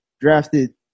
drafted